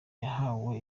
yahaye